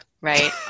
right